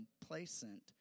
complacent